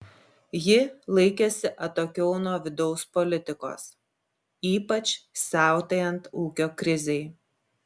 ji laikėsi atokiau nuo vidaus politikos ypač siautėjant ūkio krizei